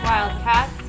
Wildcats